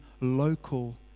local